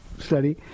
study